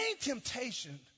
temptation